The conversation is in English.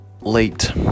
late